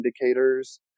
indicators